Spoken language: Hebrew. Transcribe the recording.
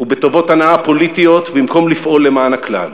ובטובות הנאה פוליטיות במקום לפעול למען הכלל.